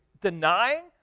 denying